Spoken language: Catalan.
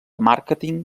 màrqueting